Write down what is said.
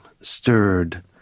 stirred